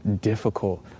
difficult